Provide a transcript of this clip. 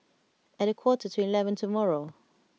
at a quarter to eleven tomorrow